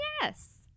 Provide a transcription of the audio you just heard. Yes